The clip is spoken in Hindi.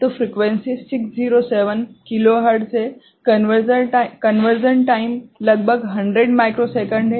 तो f 607 किलो हर्ट्ज है कन्वर्शन टाइम लगभग 100 माइक्रोसेकंड है